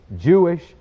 Jewish